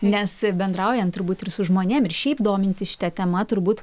nes bendraujant turbūt ir su žmonėm ir šiaip domintis šita tema turbūt